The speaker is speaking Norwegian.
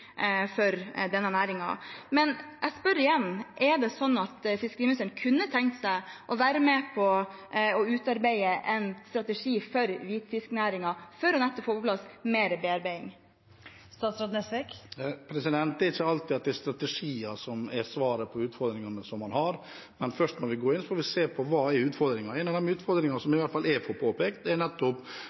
for denne næringen. Jeg spør igjen: Er det sånn at fiskeriministeren kunne tenkt seg å være med på å utarbeide en strategi for hvitfisknæringen nettopp for å få på plass mer bearbeiding? Det er ikke alltid det er strategier som er svaret på utfordringene man har. Først må vi gå inn og se hva som er utfordringene. En av de utfordringene jeg i hvert fall får påpekt, er hvordan vi får tilgang til råstoff for